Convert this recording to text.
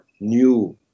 new